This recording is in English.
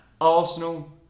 Arsenal